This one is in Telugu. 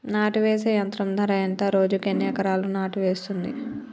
నాటు వేసే యంత్రం ధర ఎంత రోజుకి ఎన్ని ఎకరాలు నాటు వేస్తుంది?